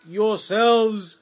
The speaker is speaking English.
yourselves